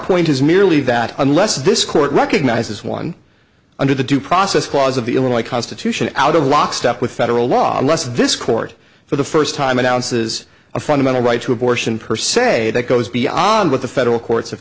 point is merely that unless this court recognizes one under the due process clause of the illinois constitution out of lockstep with federal law unless this court for the first time announces a fundamental right to abortion per se that goes beyond what the federal courts have